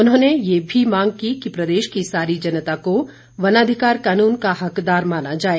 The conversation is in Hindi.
उन्होंने ये भी मांग की कि प्रदेश की सारी जनता को वनाधिकार कानून का हकदार माना जाए